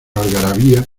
algarabía